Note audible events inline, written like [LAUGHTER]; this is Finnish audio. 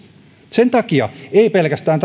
sen takia ei pelkästään [UNINTELLIGIBLE]